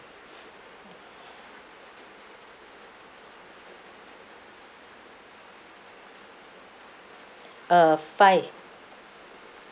uh five